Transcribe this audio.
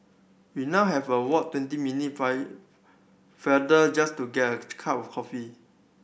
we now have a walk twenty minute farther just to get a cup of coffee